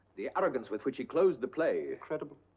the arrogance with which he closed the play! incredible.